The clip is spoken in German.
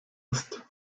ist